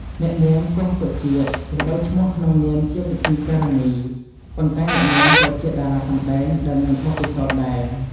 អ្នកនាង គង់ សុជាតិ ល្បីឈ្មោះក្នុងនាមជាពិធីការិនី ប៉ុន្តែអ្នកនាងក៏ជាតារាសម្តែងដែលមានបទពិសោធន៍ដែរ។